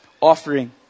offering